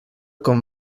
con